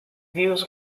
views